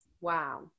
Wow